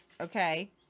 Okay